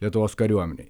lietuvos kariuomenei